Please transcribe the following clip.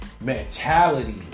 mentality